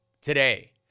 today